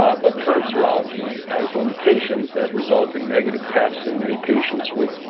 but current serology has limitations that result in tests in many patients with,